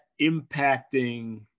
impacting